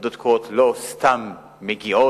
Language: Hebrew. ועדות קרואות לא סתם מגיעות,